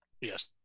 Yes